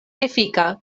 efika